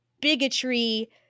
bigotry